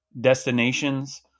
destinations